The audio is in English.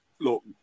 look